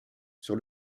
sur